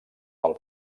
pel